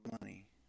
money